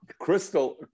Crystal